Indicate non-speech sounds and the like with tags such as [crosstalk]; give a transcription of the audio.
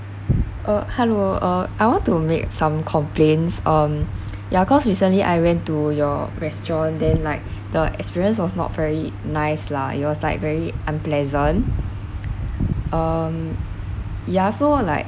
uh hello uh I want to make some complaints um [noise] ya cause recently I went to your restaurant then like [breath] the experience was not very nice lah it was like very unpleasant [breath] um yeah so like